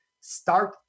Start